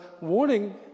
warning